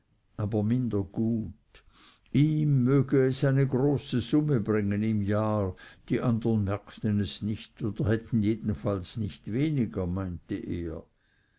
aber minder gut ihm möge es eine große summe bringen im jahr die andern merkten es nicht oder hätten jedenfalls nicht weniger meinte er